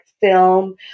film